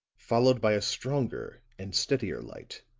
followed by a stronger and steadier light,